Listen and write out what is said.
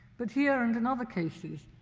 but here and in other cases,